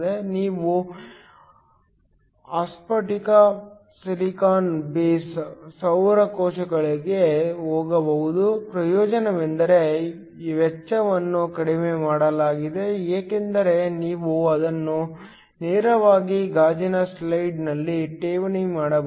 ನೀವು ಅಸ್ಫಾಟಿಕ silicon base ಸೌರ ಕೋಶಗಳಿಗೆ ಹೋಗಬಹುದು ಪ್ರಯೋಜನವೆಂದರೆ ವೆಚ್ಚವನ್ನು ಕಡಿಮೆ ಮಾಡಲಾಗಿದೆ ಏಕೆಂದರೆ ನೀವು ಇದನ್ನು ನೇರವಾಗಿ ಗಾಜಿನ ಸ್ಲೈಡ್ನಲ್ಲಿ ಠೇವಣಿ ಮಾಡಬಹುದು